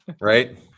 Right